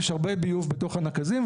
יש הרבה ביוב בתוך הנקזים.